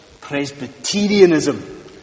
Presbyterianism